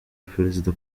perezida